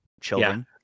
children